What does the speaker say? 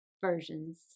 versions